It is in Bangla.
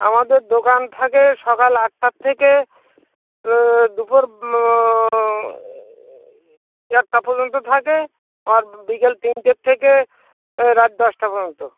আমাদের দোকান থাকে সকাল আটটার থেকে দুপুর চারটা পর্যন্ত থাকে আর বিকেল তিনটের থেকে রাত দশটা পর্যন্ত